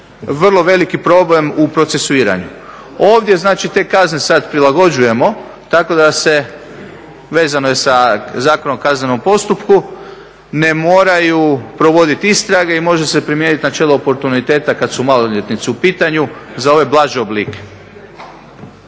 vrlo veliki problem u procesuiranju. Ovdje znači te kazne sad prilagođujemo tako da se vezane sa Zakonom o kaznenom postupku ne moraju provoditi istrage i može se primijeniti načelo oportuniteta kad su maloljetnici u pitanju za ove blaže oblike.